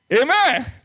Amen